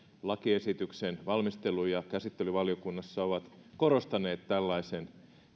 lakiesityksen valmistelu ja käsittely valiokunnassa ovat korostaneet tällaisen